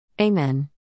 Amen